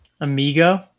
amigo